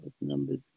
numbers